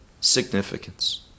significance